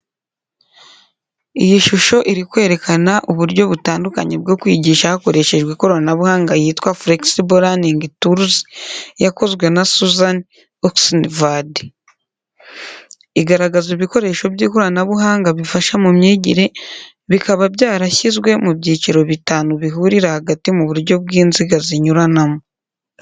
Iyi shusho iri kwerekana uburyo butandukanye bwo kwigisha hakoreshejwe ikoranabuhanga, yitwa “Flexible Learning Tools” yakozwe na Susan Oxnevad. Igaragaza ibikoresho by’ikoranabuhanga bifasha mu myigire, bikaba byarashyizwe mu byiciro bitanu bihurira hagati mu buryo bw’inziga zinyuranamo.